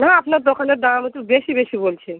না আপনার দোকানের দাম একটু বেশি বেশি বলছেন